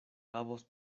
havos